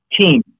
team